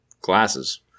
glasses